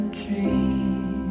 dream